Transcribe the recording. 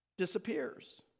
disappears